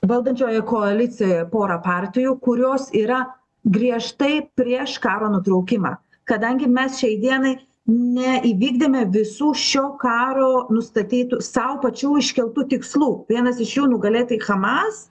valdančiojoje koalicijoje porą partijų kurios yra griežtai prieš karo nutraukimą kadangi mes šiai dienai neįvykdėme visų šio karo nustatytų sau pačių iškeltų tikslų vienas iš jų nugalėti hamas